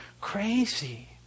crazy